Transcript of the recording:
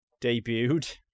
debuted